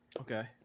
Okay